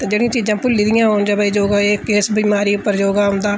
ते जेहड़ी चीजां भुल्ली एह्दियां उं'दे पर योगा इस बमारी योगा औंदा